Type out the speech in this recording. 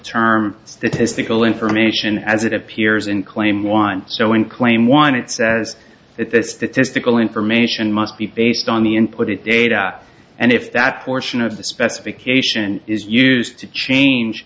term statistical information as it appears in claim one so in claim one it says that the statistical information must be based on the input it data and if that portion of the specification is used to change